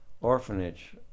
orphanage